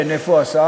כן, איפה השר?